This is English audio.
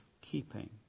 keeping